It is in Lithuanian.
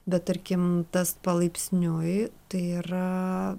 bet tarkim tas palaipsniui tai yra